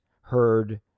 heard